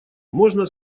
можно